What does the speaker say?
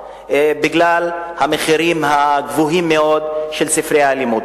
בגלל המחירים הגבוהים מאוד של ספרי הלימוד.